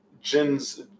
Jin's